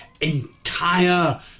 entire